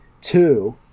Two